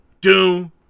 Doom